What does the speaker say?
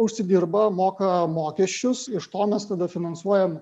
užsidirba moka mokesčius iš to mes tada finansuojam